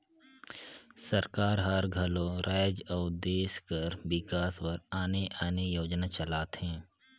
सरकार हर घलो राएज अउ देस कर बिकास बर आने आने योजना चलाथे